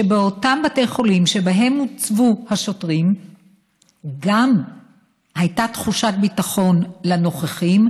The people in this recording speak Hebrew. שבאותם בתי חולים שבהם הוצבו השוטרים גם הייתה תחושת ביטחון לנוכחים,